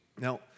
Now